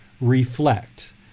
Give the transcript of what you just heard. Reflect